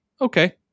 okay